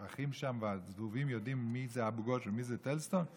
הפרחים והזבובים שם יודעים מי זה אבו גוש ומי זה טלז סטון?